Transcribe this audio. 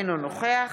אינו נוכח